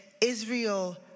Israel